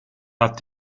hat